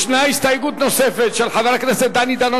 ישנה הסתייגות נוספת של חבר הכנסת דני דנון